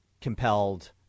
compelled